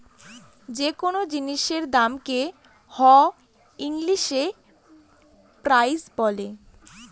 যে কোনো জিনিসের দামকে হ ইংলিশে প্রাইস বলে